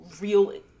real